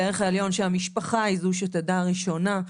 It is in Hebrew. את הערך העליון שהמשפחה היא זו שתדע ראשונה,